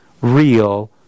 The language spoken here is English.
real